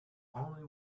only